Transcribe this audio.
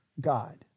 God